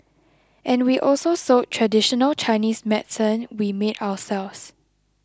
and we also sold traditional Chinese medicine we made ourselves